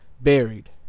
buried